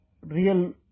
real